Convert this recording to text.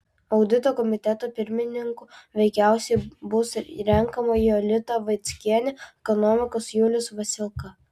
audito komiteto pirmininku veikiausiai bus renkama jolita vaickienė ekonomikos julius veselka